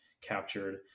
captured